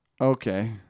Okay